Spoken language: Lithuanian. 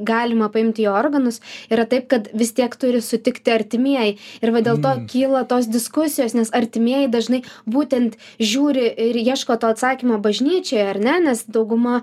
galima paimti organus yra taip kad vis tiek turi sutikti artimieji ir va dėl to kyla tos diskusijos nes artimieji dažnai būtent žiūri ir ieško to atsakymo bažnyčioj ar ne nes dauguma